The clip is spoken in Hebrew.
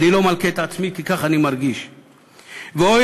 אני לא מלקה את עצמי,